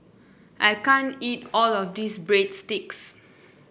I can't eat all of this Breadsticks